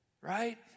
right